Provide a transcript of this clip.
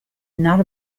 not